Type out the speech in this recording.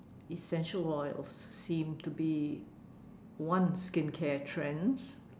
essential oil seem to be one skincare trends